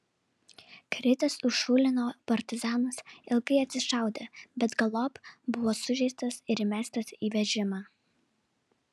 kritęs už šulinio partizanas ilgai atsišaudė bet galop buvo sužeistas ir įmestas į vežimą